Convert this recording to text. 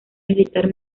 militar